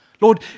Lord